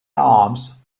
arms